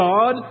God